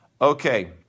Okay